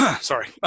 Sorry